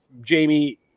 jamie